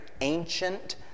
ancient